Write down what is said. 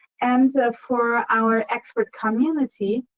and for our expert community,